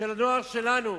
של הנוער שלנו,